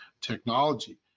technology